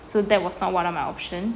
so that was not one of my option